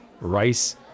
rice